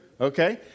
Okay